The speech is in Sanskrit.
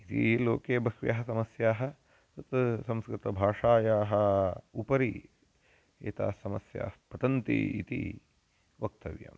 इति लोके बह्व्यः समस्याः तत् संस्कृतभाषायाः उपरि एताः समस्याः पतन्ती इति वक्तव्यम्